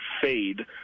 fade